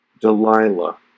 Delilah